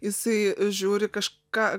jisai žiūri kažką